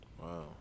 Wow